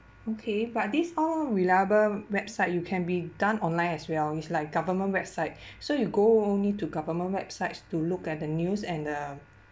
okay but this all reliable website you can be done online as well it's like government website so you go only to government websites to look at the news and the